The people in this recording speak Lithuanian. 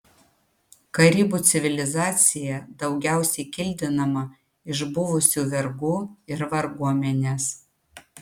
karibų civilizacija daugiausiai kildinama iš buvusių vergų ir varguomenės